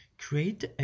create